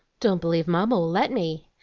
don't believe mamma will let me.